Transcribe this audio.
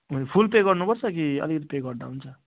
फुल pay गर्नुपर्छ कि अलिकति पे गर्दा हुन्छ